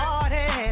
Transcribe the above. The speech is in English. Party